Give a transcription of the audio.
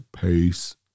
Peace